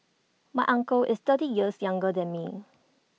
my uncle is thirty years younger than me